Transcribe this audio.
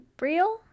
real